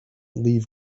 leave